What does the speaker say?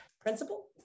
principal